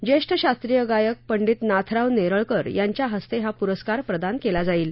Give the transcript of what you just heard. ज्येष्ठ शास्त्रीय गायक पंडित नाथराव नेरळकर यांच्या हस्ते हा पुरस्कार प्रदान केला जाईल